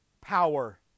power